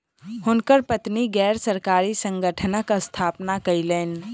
हुनकर पत्नी गैर सरकारी संगठनक स्थापना कयलैन